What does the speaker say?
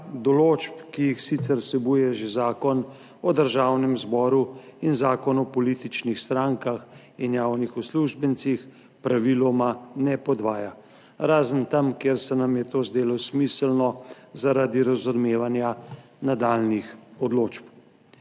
določb, ki jih sicer vsebujejo že Zakon o Državnem zboru, Zakon o političnih strankah in Zakon javnih uslužbencih, praviloma ne podvaja, razen tam, kjer se nam je to zdelo smiselno zaradi razumevanja nadaljnjih odločb.